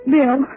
Bill